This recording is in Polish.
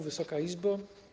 Wysoka Izbo!